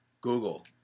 Google